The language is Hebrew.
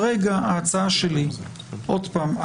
עוד פעם,